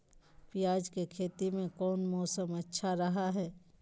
प्याज के खेती में कौन मौसम अच्छा रहा हय?